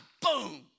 boom